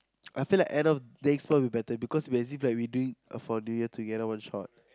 I feel like end of next month will better because we as if like we doing for New Year together one shot